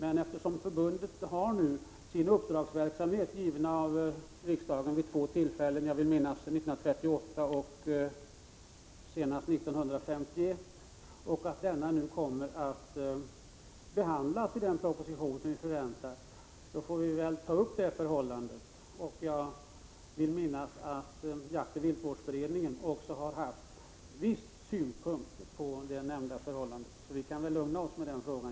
Men eftersom förbundet har sin uppdragsverksamhet, given av riksdagen vid två tillfällen — jag vill minnas att det var 1938 och senast 1951 — och denna nu kommer att behandlas i den proposition som vi förväntar oss, får vi väl ta upp detta förhållande då. Jag vill minnas att också jaktoch viltvårdsberedningen haft vissa synpunkter på nämnda förhållande, så vi kan väl lugna oss i frågan.